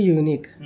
unique